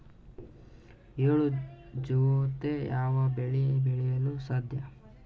ಎಳ್ಳು ಜೂತೆ ಯಾವ ಬೆಳೆ ಬೆಳೆಯಲು ಸಾಧ್ಯ?